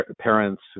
parents